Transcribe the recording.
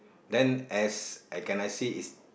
then as can I see is